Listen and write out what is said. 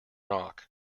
rock